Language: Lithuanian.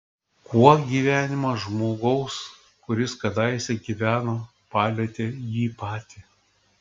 kuo gyvenimas žmogaus kuris kadaise gyveno palietė jį patį